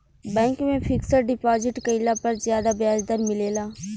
bank में fixed deposit कईला पर ज्यादा ब्याज दर मिलेला